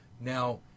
Now